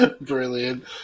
Brilliant